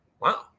wow